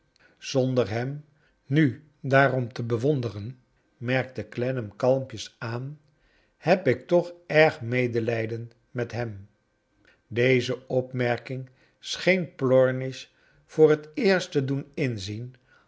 zonder hem nu daarom te bewonderen merkte clennam kalmpjes aan heb ik toch erg medelijden met hem deze opmerking so been plomish voor het eerst te doen inzien